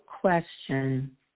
question